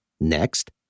Next